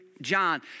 John